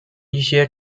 一些